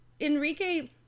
Enrique